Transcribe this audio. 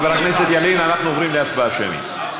חבר הכנסת ילין, אנחנו עוברים להצבעה שמית.